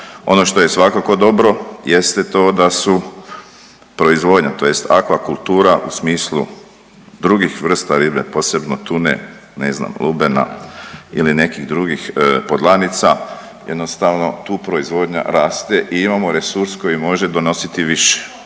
Ono što je svakako dobro jeste to da su proizvodnja tj. akvakultura u smislu drugih vrsta ribe, posebno tune, ne znam lubena ili nekih drugih podlanica jednostavno tu proizvodnja raste i imamo resurs koji može donositi više.